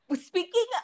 Speaking